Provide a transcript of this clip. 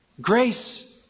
grace